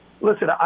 listen